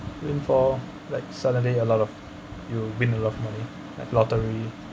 win for like suddenly a lot of you win a lot of money like lottery